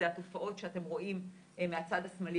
זה התופעות שאתם רואים מהצד השמאלי,